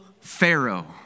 Pharaoh